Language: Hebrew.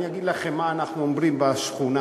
אני אגיד לכם מה אנחנו אומרים בשכונה: